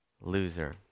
Loser